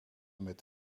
met